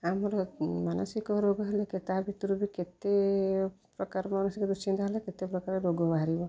ଆମର ମାନସିକ ରୋଗ ହେଲେ କି ତା ଭିତରୁ ବି କେତେ ପ୍ରକାର ମାନସିକ ଦୁଶ୍ଚିନ୍ତା ହେଲେ କେତେ ପ୍ରକାର ରୋଗ ବାହାରିବ